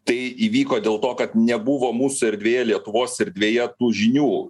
tai įvyko dėl to kad nebuvo mūsų erdvėje lietuvos erdvėje tų žinių